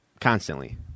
constantly